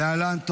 את